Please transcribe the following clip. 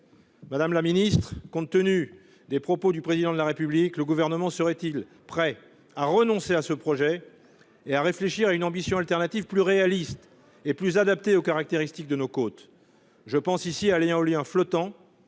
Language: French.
quel prix ! Compte tenu des propos du Président de la République, le Gouvernement serait-il prêt à renoncer à ce projet et à réfléchir à une ambition alternative plus réaliste et plus adaptée aux caractéristiques de nos côtes ?